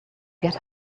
get